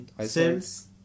sales